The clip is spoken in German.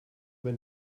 wenn